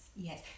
Yes